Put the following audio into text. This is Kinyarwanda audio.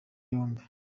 yombi